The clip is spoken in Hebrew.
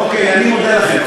אוקיי, אני מודה לכם.